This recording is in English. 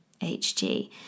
hg